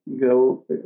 go